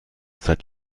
seit